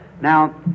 Now